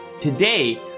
Today